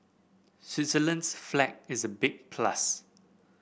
Switzerland's flag is a big plus